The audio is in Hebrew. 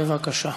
בבקשה.